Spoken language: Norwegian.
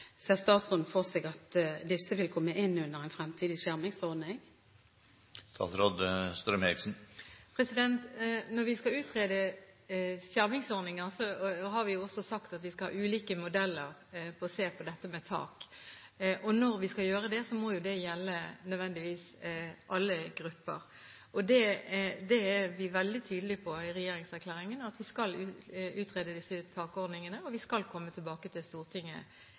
Ser statsråden for seg at disse vil komme inn under en fremtidig skjermingsordning? Når vi skal utrede skjermingsordninger, har vi også sagt at vi skal utrede ulike modeller med sikte på å se på dette med tak. Når vi skal gjøre det, må det nødvendigvis gjelde alle grupper. Vi er veldig tydelig på i regjeringserklæringen at vi skal utrede disse takordningene, og at vi skal komme tilbake til Stortinget